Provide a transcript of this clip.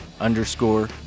underscore